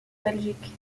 belgique